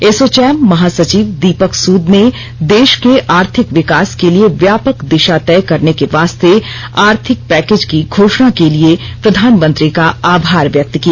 एसोचौम महासचिव दीपक सूद ने देश के आर्थिक विकास के लिए व्यापक दिशा तय करने के वास्ते आर्थिक पैकेज की घोषणा के लिए प्रधानमंत्री का आभार व्यनक्त किया